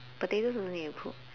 potatoes also need to cook